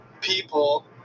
people